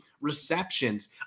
receptions